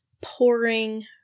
pouring